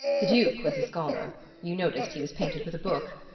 the duke was a scholar you noticed he was painted with a book?